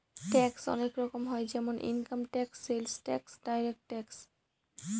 tax অনেক রকম হয় যেমন income tax, sales tax, direct tax